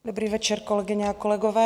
Dobrý večer, kolegyně a kolegové.